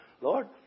Lord